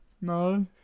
no